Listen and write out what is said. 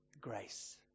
grace